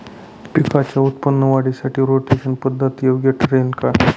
पिकाच्या उत्पादन वाढीसाठी रोटेशन पद्धत योग्य ठरेल का?